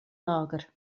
lager